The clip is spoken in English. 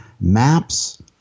maps